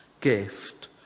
gift